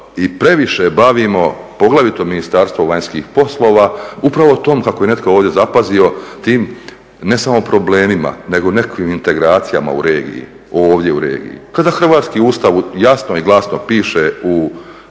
i previše bavimo, poglavito Ministarstvo vanjskih poslova, upravo o tome, kako je netko ovdje zapazio, tim ne samo problemima, nego nekakvim integracijama u regiji, ovdje u regiji, kada Hrvatski Ustav jasno i glasno piše u,